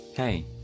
Hey